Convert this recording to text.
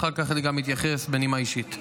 אחר כך גם אתייחס בנימה אישית.